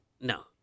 No